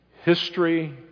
History